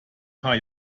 paar